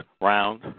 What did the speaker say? round